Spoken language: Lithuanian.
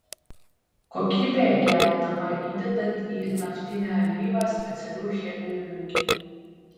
kokybė gerinama įdedant į naftinę alyvą specialių cheminių junginių